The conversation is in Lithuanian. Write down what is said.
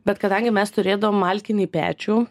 bet kadangi mes turėdavom malkinį pečių